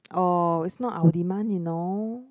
oh it's not our demand you know